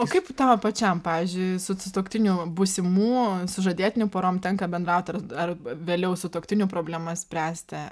o kaip tau pačiam pavyzdžiui su sutuoktinių būsimų sužadėtinių porom tenka bendraut ar arba vėliau sutuoktinių problemas spręsti